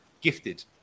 gifted